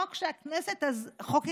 זה חוק שהכנסת אז חוקקה,